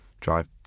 drive